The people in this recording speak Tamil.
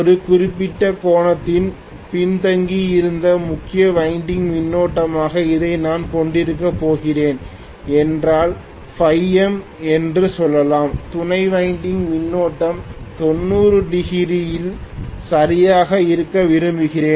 ஒரு குறிப்பிட்ட கோணத்தில் பின்தங்கியிருக்கும் முக்கிய வைண்டிங் மின்னோட்டமாக இதை நான் கொண்டிருக்கப் போகிறேன் என்றால் φm என்று சொல்லலாம் துணை வைண்டிங் மின்னோட்டம் 90 டிகிரி யில் சரியாக இருக்க விரும்புகிறேன்